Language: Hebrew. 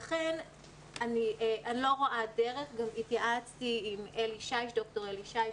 לכן אני לא רואה דרך והתייעצתי עם ד"ר אלי שיש,